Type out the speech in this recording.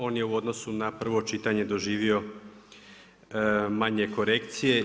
On je u odnosu na prvo čitanje doživio manje korekcije.